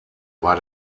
war